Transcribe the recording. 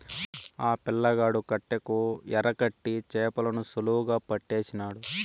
ఆ పిల్లగాడు కట్టెకు ఎరకట్టి చేపలను సులువుగా పట్టేసినాడు